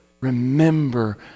Remember